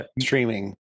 streaming